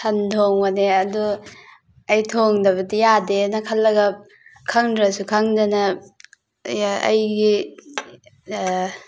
ꯁꯟ ꯊꯣꯡꯕꯅꯦ ꯑꯗꯨ ꯑꯩ ꯊꯣꯡꯗꯕꯗꯤ ꯌꯥꯗꯦꯅ ꯈꯜꯂꯒ ꯈꯪꯗ꯭ꯔꯁꯨ ꯈꯪꯗꯅ ꯑꯩꯒꯤ